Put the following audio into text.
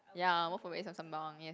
ya I'll move away from Sembawang yeah